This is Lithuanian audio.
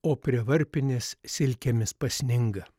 o prie varpinės silkėmis pasninga